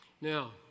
Now